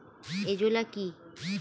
Azolla কি?